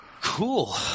Cool